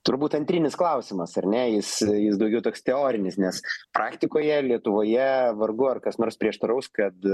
turbūt antrinis klausimas ar ne jis jis daugiau toks teorinis nes praktikoje lietuvoje vargu ar kas nors prieštaraus kad